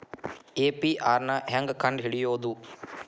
APR ನ ಹೆಂಗ್ ಕಂಡ್ ಹಿಡಿಯೋದು?